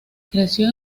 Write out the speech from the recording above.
creció